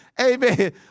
amen